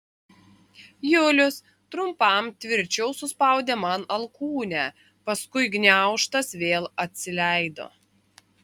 julius trumpam tvirčiau suspaudė man alkūnę paskui gniaužtas vėl atsileido